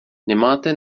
nemáte